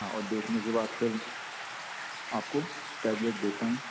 हाँ और देखने के बाद फिर आपको टेबलेट देता हूँ